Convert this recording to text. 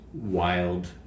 wild